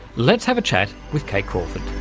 let's have a chat with kate crawford.